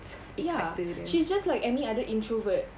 ya she's just like any other introvert